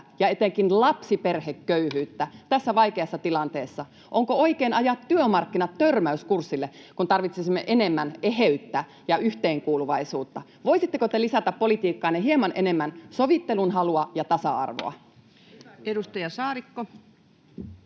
ja etenkin lapsiperheköyhyyttä tässä vaikeassa tilanteessa? Onko oikein ajaa työmarkkinat törmäyskurssille, kun tarvitsisimme enemmän eheyttä ja yhteenkuuluvaisuutta? Voisitteko te lisätä politiikkaanne hieman enemmän sovittelunhalua ja tasa-arvoa? Edustaja Saarikko.